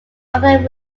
often